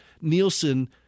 Nielsen